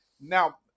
Now